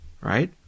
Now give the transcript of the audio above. right